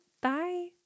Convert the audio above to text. Bye